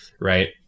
right